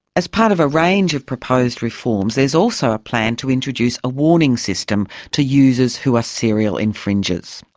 as part of a range of proposed reforms, there is also a plan to introduce a warning system to users who are serial infringers.